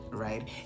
right